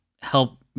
help